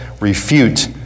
refute